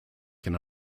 can